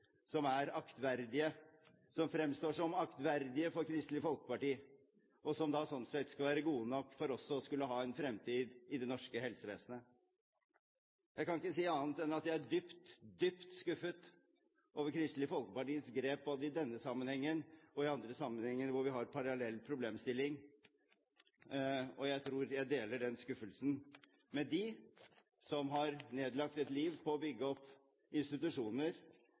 fremstår som aktverdige for Kristelig Folkeparti, og som sånn sett skulle være gode nok for også å skulle ha en fremtid i det norske helsevesenet. Jeg kan ikke si annet enn at jeg er dypt, dypt skuffet over Kristelig Folkepartis grep, både i denne sammenhengen og i andre sammenhenger hvor vi har parallell problemstilling, og jeg tror jeg deler den skuffelsen med dem som har nedlagt et liv på å bygge opp institusjoner